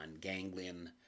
ganglion